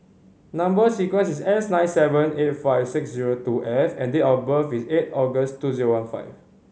number sequence is S nine seven eight five six zero two F and date of birth is eight August two zero one five